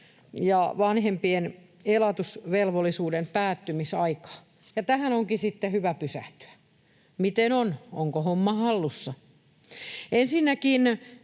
ja vanhempien elatusvelvollisuuden päättymisaikaa. Tähän onkin sitten hyvä pysähtyä. Miten on, onko homma hallussa? Ensinnäkin